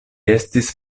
estis